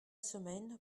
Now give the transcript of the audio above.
semaine